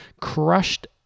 crushed